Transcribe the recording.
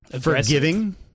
forgiving